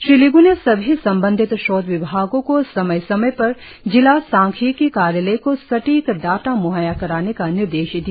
श्री लीग् ने सभी संबंधित स्रोत विभागों को समय समय पर जिला सांख्यिकी कार्यालय को सटीक डाटा मुहैया कराने का निर्देश दिया